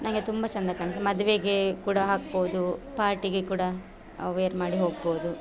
ನನಗೆ ತುಂಬ ಚೆಂದ ಕಾಣ್ತದೆ ಮದುವೆಗೆ ಕೂಡ ಹಾಕ್ಬಹುದು ಪಾರ್ಟಿಗೆ ಕೂಡ ವೇರ್ ಮಾಡಿ ಹೋಗ್ಬಹುದು